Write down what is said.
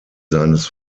seines